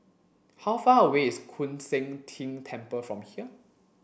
how far away is Koon Seng Ting Temple from here